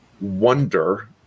wonder